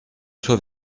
soit